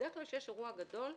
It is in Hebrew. בדרך כלל כשיש אירוע גדול,